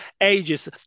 ages